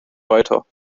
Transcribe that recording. weiter